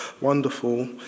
wonderful